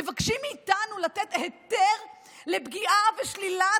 מבקשים מאיתנו לתת היתר לפגיעה ושלילת